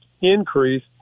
increase